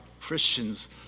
Christians